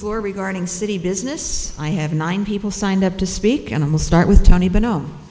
floor regarding city business i have nine people signed up to speak animal start with tony but